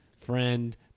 friend